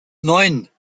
neun